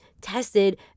tested